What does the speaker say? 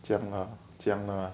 这样啊这样 lah